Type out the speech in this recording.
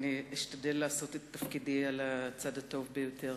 אשתדל לעשות את תפקידי על הצד הטוב ביותר.